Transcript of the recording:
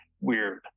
weird